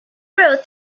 wrote